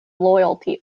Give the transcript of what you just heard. loyalty